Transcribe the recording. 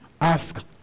Ask